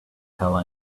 tell